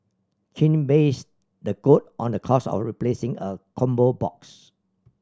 Chin based the quote on the cost of replacing a combo box